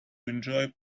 enjoy